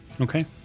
okay